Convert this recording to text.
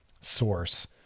source